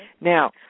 Now